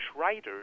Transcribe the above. writers